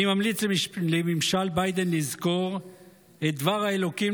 אני ממליץ לממשל ביידן לזכור את דבר האלוקים